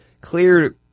clear